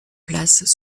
places